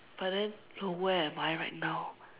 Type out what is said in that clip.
but then look where am I right now